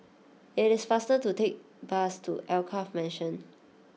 it is faster to take bus to Alkaff Mansion